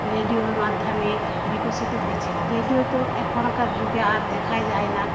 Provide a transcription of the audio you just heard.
রেডিওর মাধ্যমে বিকশিত হয়েছে রেডিও তো এখনকার যুগে আর দেখাই যায় না